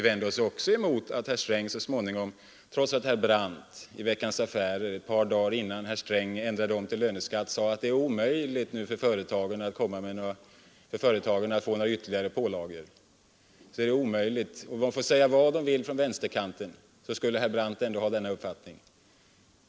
Ett par dagar innan herr Sträng gick ifrån sitt förslag om höjning av momsen och i stället förordade en höjning av löneskatten sade herr Brandt i Veckans Affärer att det är omöjligt för företagen att bära ytterligare pålagor — man skulle få säga vad man ville på vänsterkanten; herr Brandt skulle ändå ha denna uppfattning.